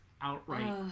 outright